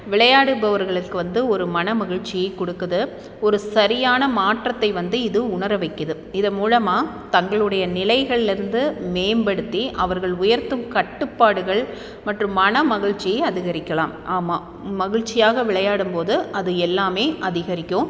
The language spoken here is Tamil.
விளையாடுபவர்களுக்கு வந்து ஒரு மன மகிழ்ச்சியை கொடுக்குது ஒரு சரியான மாற்றத்தை வந்து இது உணர வைக்குது இது மூலமாக தங்களுடைய நிலைகளிலேருந்து மேம்படுத்தி அவர்கள் உயர்த்தும் கட்டுப்பாடுகள் மற்றும் மன மகிழ்ச்சியை அதிகரிக்கலாம் ஆமாம் மகிழ்ச்சியாக விளையாடும்போது அது எல்லாமே அதிகரிக்கும்